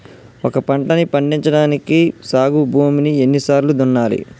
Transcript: ఒక పంటని పండించడానికి సాగు భూమిని ఎన్ని సార్లు దున్నాలి?